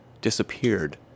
disappeared